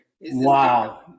Wow